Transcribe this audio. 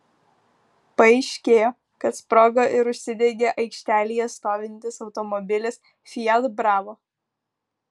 paaiškėjo kad sprogo ir užsidegė aikštelėje stovintis automobilis fiat bravo